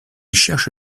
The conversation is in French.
cherche